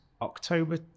October